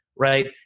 Right